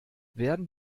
werden